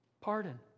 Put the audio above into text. pardon